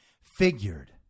Figured